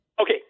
Okay